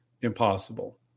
impossible